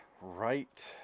right